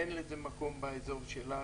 אין לזה מקום באזור שלנו.